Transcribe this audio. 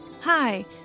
Hi